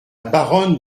baronne